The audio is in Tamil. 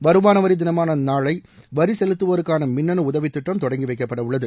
வருமான வரி தினமான நாளை வரி செலுத்துவோருக்கான மின்னனு உதவித் திட்டம் நாளை தொடங்கி வைக்கப்படவுள்ளது